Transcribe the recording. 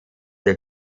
der